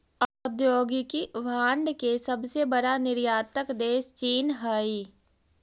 औद्योगिक भांड के सबसे बड़ा निर्यातक देश चीन हई